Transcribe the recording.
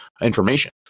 information